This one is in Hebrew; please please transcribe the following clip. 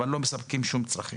אבל לא מספקים להם שום שירותים.